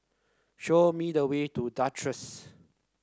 show me the way to Duchess